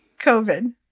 COVID